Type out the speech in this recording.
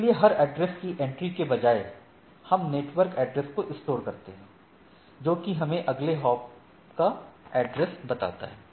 इसलिए हर एड्रेस की इंट्री की बजाए हम नेटवर्क एड्रेस को स्टोर करते हैं जो कि हमें अगले हॉप का एड्रेस बताता है